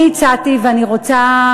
אני הצעתי ואני רוצה,